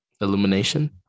Illumination